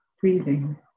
breathing